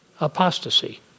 Apostasy